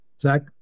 Zach